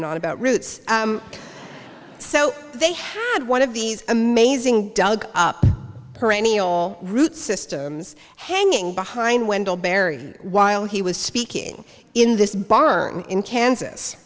and on about roots so they had one of these amazing dug up perennial root systems hanging behind wendell berry while he was speaking in this barn in kansas